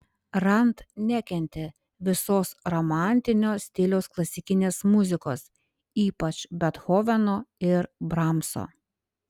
rand nekentė visos romantinio stiliaus klasikinės muzikos ypač bethoveno ir bramso